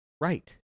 right